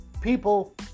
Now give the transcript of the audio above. people